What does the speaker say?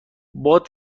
باد